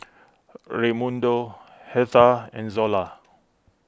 Raymundo Hertha and Zola